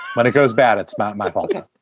when it goes bad, it's not my fault